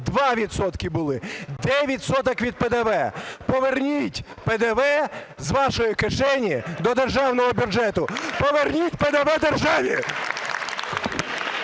2 відсотки були. Де відсоток від ПДВ? Поверніть ПДВ з вашої кишені до державного бюджету, поверніть ПДВ державі!